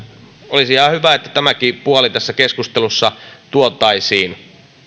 olisi ihan hyvä että tämäkin puoli tässä keskustelussa tuotaisiin